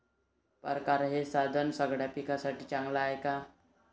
परकारं हे साधन सगळ्या पिकासाठी चांगलं हाये का?